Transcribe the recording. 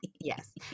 yes